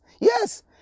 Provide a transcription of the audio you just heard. Yes